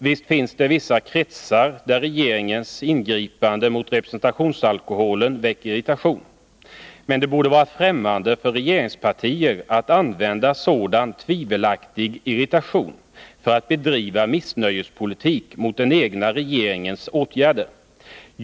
Visst finns det vissa kretsar där regeringens ingripande mot representationsalkoholen väcker irritation. Men det borde vara främmande för regeringspartier att använda sådan tvivelaktig irritation för att bedriva missnöjespolitik mot den egna regeringens åtgärder.